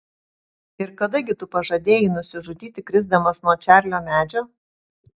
ir kada gi tu pažadėjai nusižudyti krisdamas nuo čarlio medžio